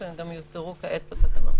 שלא תהיה התפשטות.